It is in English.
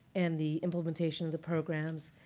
and the implementation of the programs,